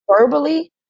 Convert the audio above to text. verbally